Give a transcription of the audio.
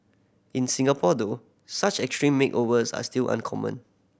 in Singapore though such extreme makeovers are still uncommon